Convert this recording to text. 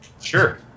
sure